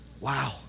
Wow